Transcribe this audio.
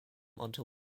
until